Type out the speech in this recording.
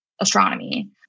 astronomy